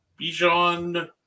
Bijan –